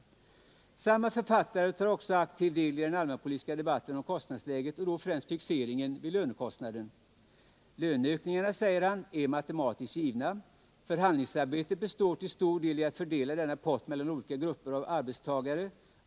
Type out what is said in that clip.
Samma författare tar också aktiv del i den allmänpolitiska debatten om kostnadsläget och då främst fixeringen vid lönekostnaden: ”=-—- Löneökningarna”, säger han, ”är matematiskt givna —-—--. Förhandlingsarbetet består till stor del i att fördela denna post mellan olika grupper av arbetstagare -—--.